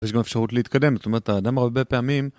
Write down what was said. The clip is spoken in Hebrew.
יש גם אפשרות להתקדם, זאת אומרת האדם הרבה פעמים